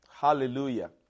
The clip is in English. Hallelujah